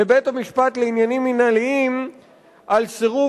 לבית-המשפט לעניינים מינהליים על סירוב